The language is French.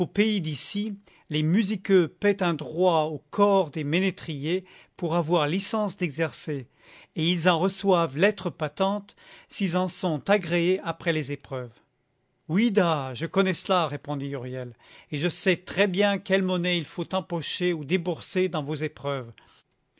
pays d'ici les musiqueux payent un droit au corps des ménétriers pour avoir licence d'exercer et ils en reçoivent lettres patentes s'ils en sont agréés après les épreuves oui-da je connais cela répondit huriel et sais très-bien quelle monnaie il faut empocher ou débourser dans vos épreuves